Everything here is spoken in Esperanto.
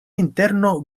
interno